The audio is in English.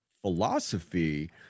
philosophy